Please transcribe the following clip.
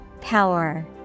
Power